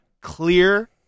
clear